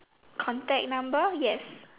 contact number yes